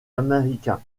américains